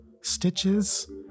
Stitches